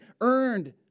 earned